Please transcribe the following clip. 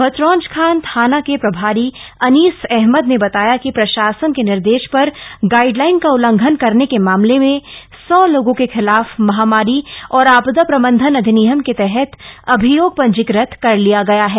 भतरौंजखान थाना के प्रभारी अनीस अहमद ने बताया कि प्रशासन के निर्देश पर गाइडलाइन का उल्लंघन करने के मामले में सौ लोगों के खिलाफ महामारी और आपदा प्रबंधन अधिनियम के तहत अभियोग पंजीकृत कर लिया गया है